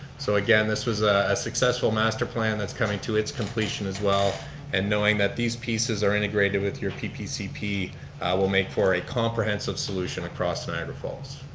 so again, this was a successful master plan that's coming to it's completion as well and knowing that these pieces are integrated with your ppcp will make for a comprehensive solution across niagara falls.